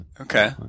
Okay